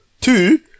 Two